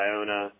Iona